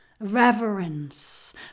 reverence